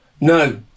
no